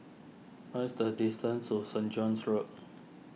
what's the distance to Saint John's Road